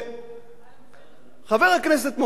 וחבר הכנסת מופז,